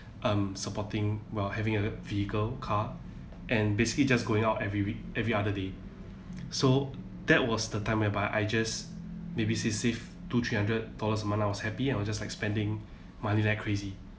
um supporting while having a vehicle car and basically just going out every week every other day so that was the time whereby I just maybe say save two three hundred dollars a month I was happy I was just like spending money like crazy